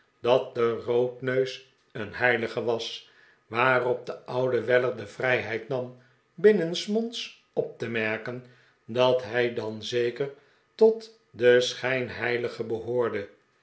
dat de roodneus een heilige was waarop de oude weller de vrijheid nam binnensmonds op te merken dat hij dan zeker tot de schijnheiligen behoorde